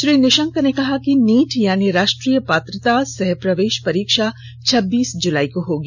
श्री निशंक ने कहा कि नीट यानी राष्ट्रीय पात्रता सह प्रवेश परीक्षा छब्बीस जुलाई को होगी